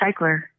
Recycler